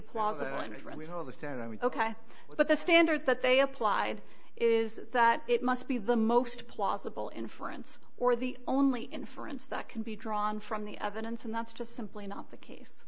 would ok but the standard that they applied is that it must be the most plausible inference or the only inference that can be drawn from the evidence and that's just simply not the case